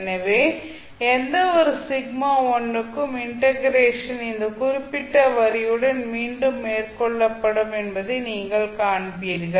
எனவே எந்தவொரு σ1 க்கும் இன்டெக்ரேஷன் இந்த குறிப்பிட்ட வரியுடன் மீண்டும் மேற்கொள்ளப்படும் என்பதை நீங்கள் காண்பீர்கள்